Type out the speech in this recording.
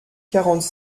quarante